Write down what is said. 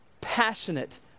passionate